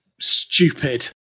stupid